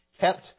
kept